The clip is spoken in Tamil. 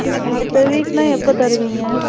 எங்களுக்கு அடுத்த வீக்குன்னா எப்போ தருவீங்க